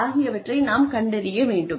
ஆகியவற்றை நாம் கண்டறிய வேண்டும்